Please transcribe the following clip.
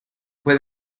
fue